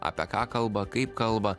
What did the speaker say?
apie ką kalba kaip kalba